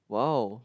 !wow!